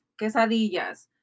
quesadillas